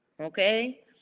Okay